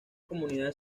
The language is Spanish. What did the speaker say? comunidades